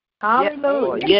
Hallelujah